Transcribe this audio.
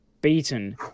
beaten